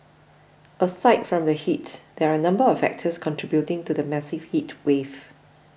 aside from the heat there are a number of factors contributing to the massive heatwave